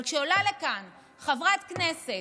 אבל כשעולה לכאן חברת כנסת,